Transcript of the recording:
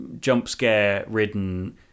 jump-scare-ridden